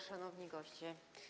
Szanowni Goście!